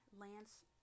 Lance